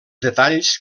detalls